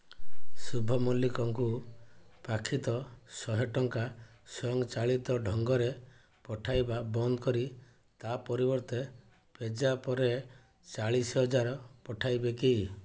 ଶୁଭ ମଲ୍ଲିକଙ୍କୁ ପାକ୍ଷିତ ଶହେ ଟଙ୍କା ସ୍ୱୟଂ ଚାଳିତ ଢଙ୍ଗରେ ପଠାଇବା ବନ୍ଦ କରି ତା ପରିବର୍ତ୍ତେ ପେଜାପ୍ରେ ଚାଳିଶ ହଜାର ପଠାଇବେ କି